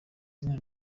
izina